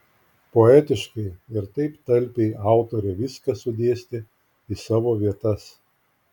poetiškai ir taip talpiai autorė viską sudėstė į savo vietas